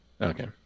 Okay